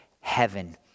heaven